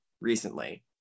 recently